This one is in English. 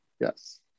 Yes